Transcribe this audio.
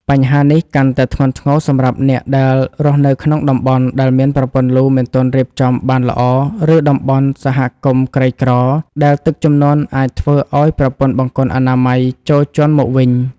បញ្ហានេះកាន់តែធ្ងន់ធ្ងរសម្រាប់អ្នកដែលរស់នៅក្នុងតំបន់ដែលមានប្រព័ន្ធលូមិនទាន់រៀបចំបានល្អ ឬតំបន់សហគមន៍ក្រីក្រ ដែលទឹកជំនន់អាចធ្វើឱ្យប្រព័ន្ធបង្គន់អនាម័យជោរជន់មកវិញ។